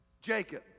Jacob